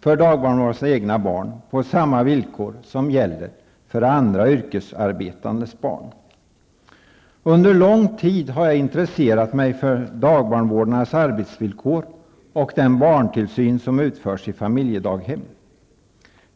för dagbarnvårdarnas egna barn på samma villkor som gäller för andra yrkesarbetandes barn. Jag har under lång tid intresserat mig för dagbarnvårdarnas arbetsvillkor och den barntillsyn som utförs i familjedaghem.